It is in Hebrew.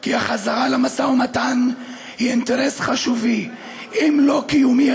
כי החזרה למשא ומתן היא אינטרס חשוב, אם לא קיומי,